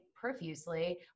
profusely